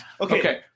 Okay